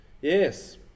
Yes